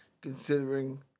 considering